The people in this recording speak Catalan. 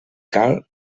cal